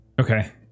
Okay